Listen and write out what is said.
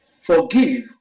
forgive